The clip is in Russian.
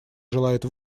желает